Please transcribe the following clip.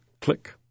click